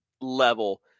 level